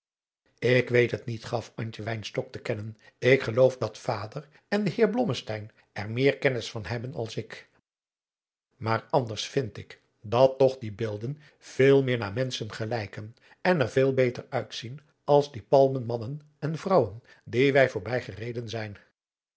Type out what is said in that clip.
ik weet het niet gaf antje wynstok te kennen ik geloof dat vader en de heer blommesteyn er meer kennis van hebben als ik maar anders vind ik dat toch die beelden veel meer naar menschen gelijken en er veel beter uitzien als die palmen mannen en vrouwen die wij voorbij gereden zijn